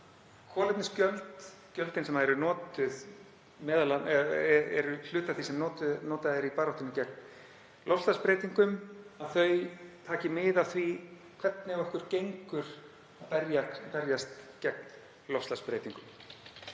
kolefnisgjöld, gjöldin sem eru hluti af því sem notað er í baráttunni gegn loftslagsbreytingum, taki mið af því hvernig okkur gengur að berjast gegn loftslagsbreytingum.